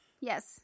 Yes